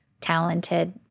talented